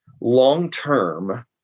long-term